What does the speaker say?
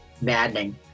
Maddening